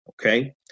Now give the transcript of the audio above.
okay